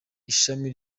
ishami